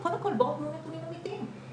ממש לא בא לי לצאת מכאן, אבל אני חייבת.